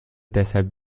deshalb